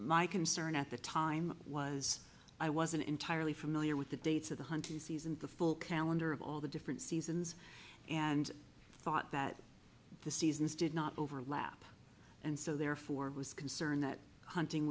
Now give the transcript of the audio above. my concern at the time was i wasn't entirely familiar with the dates of the hunting season the full calendar of all the different seasons and i thought that the seasons did not overlap and so therefore it was concern that hunting